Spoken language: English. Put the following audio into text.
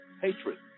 hatred